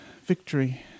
victory